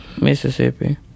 Mississippi